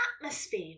atmosphere